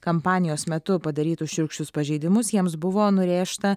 kampanijos metu padarytus šiurkščius pažeidimus jiems buvo nurėžta